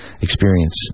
experience